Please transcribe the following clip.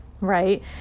right